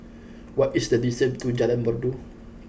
what is the distance to Jalan Merdu